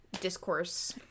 Discourse